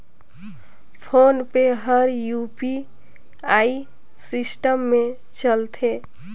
phone पे हर UPI system मे चलथे